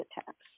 attacks